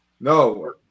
No